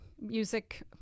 music